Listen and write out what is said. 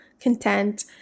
content